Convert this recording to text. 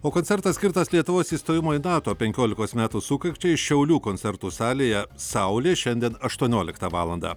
o koncertas skirtas lietuvos įstojimo į nato penkiolikos metų sukakčiai šiaulių koncertų salėje saulė šiandien aštuonioliktą valandą